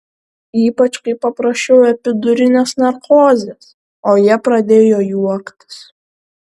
ypač kai paprašiau epidurinės narkozės o jie pradėjo juoktis